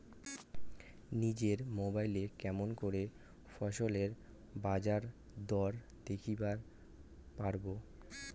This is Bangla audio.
নিজের মোবাইলে কেমন করে ফসলের বাজারদর দেখিবার পারবো?